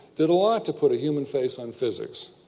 did a lot to put a human face on physics,